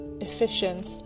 efficient